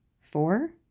Four